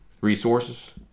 resources